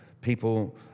people